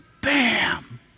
bam